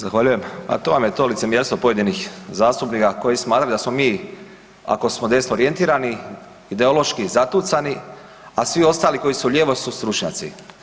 Zahvaljujem, a to vam je to licemjerstvo pojedinih zastupnika koji smatraju da smo mi ako smo desno orijentirani ideološki zatucani, a svi ostali koji su lijevo su stručnjaci.